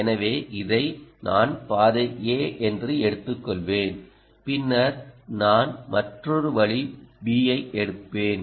எனவே இதை நான் பாதை A என்று எடுத்துக்கொள்வேன் பின்னர் நான் மற்றொரு வழி பி யை எடுப்பேன்